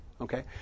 Okay